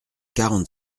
quarante